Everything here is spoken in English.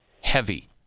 heavy